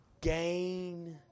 Gain